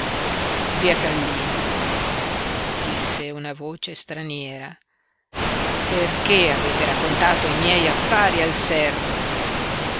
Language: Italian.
zia kallina disse una voce straniera perché avete raccontato i miei affari al servo